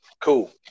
cool